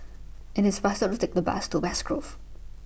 IT IS faster to Take The Bus to West Grove